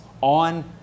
on